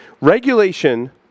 regulation